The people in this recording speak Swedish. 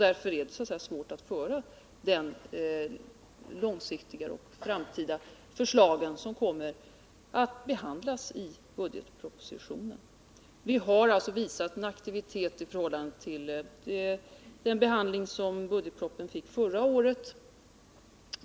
Därför är det svårt att föra debatten mera långsiktigt och att tala om de förslag som kommer att framläggas i budgetpropositionen. Vi har alltså visat aktivitet i förhållande till den 51 behandling som budgetpropositionen fick förra året.